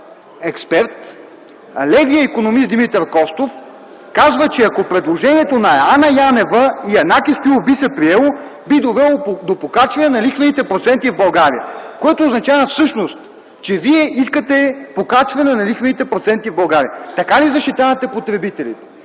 експерт, левият икономист Димитър Костов казва, че ако предложението на Анна Янева и Янаки Стоилов би се приело, би довело до покачване на лихвените проценти в България. Което всъщност означава, че вие искате покачване на лихвените проценти в България. Така ли защитавате потребителите?